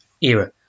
era